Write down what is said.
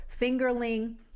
fingerling